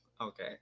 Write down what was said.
okay